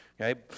Okay